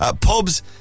Pubs